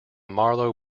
marlow